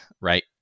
Right